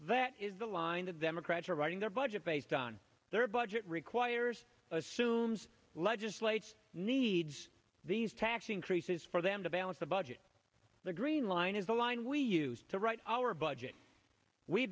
that is the line the democrats are running their budget based on their budget requires assumes legislature needs these tax increases for them to balance the budget the green line is the line we used to write our budget we